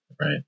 right